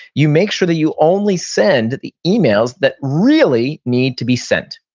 you make sure that you only send the emails that really need to be sent,